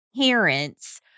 parents